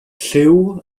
lliw